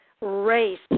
race